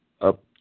up